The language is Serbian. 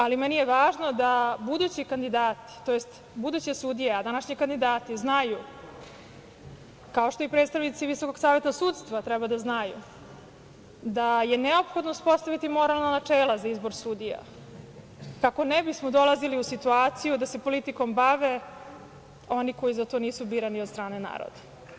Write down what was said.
Ali, meni je važno da budući kandidati tj. buduće sudije, a današnji kandidati znaju, kao što i predstavnici VSS treba da znaju, da je neophodno uspostaviti moralna načela za izbor sudija kako ne bismo dolazili u situaciju da se politikom bave oni koji za to nisu birani od strane naroda.